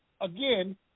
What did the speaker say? again